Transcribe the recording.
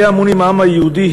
עליה אמונים העם היהודי,